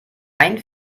ein